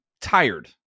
tired